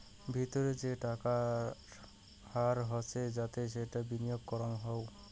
ভিতরে যে টাকার হার হসে যাতে সেটা বিনিয়গ করাঙ হউ